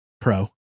Pro